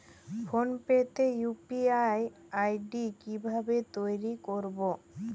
Phone pay তে UPI ID কি ভাবে তৈরি করবো?